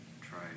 try